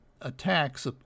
attacks